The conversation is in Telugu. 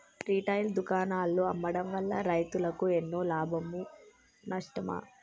రిటైల్ దుకాణాల్లో అమ్మడం వల్ల రైతులకు ఎన్నో లాభమా నష్టమా?